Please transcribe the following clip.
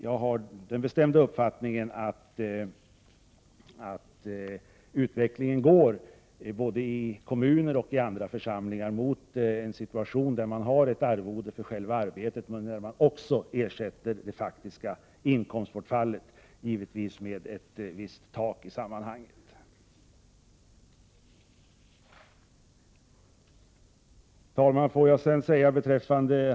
Jag har därför den bestämda uppfattningen att utvecklingen i kommuner och i andra församlingar går i en sådan riktning att ett arvode utgår för själva arbetet men att även det faktiska inkomstbortfallet ersätts, men givetvis måste det finnas ett tak för detta. Herr talman!